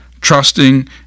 trusting